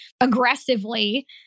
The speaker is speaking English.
aggressively